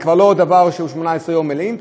זה כבר לא 18 יום מלאים,